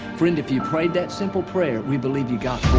friend if you prayed that simple prayer we believe you got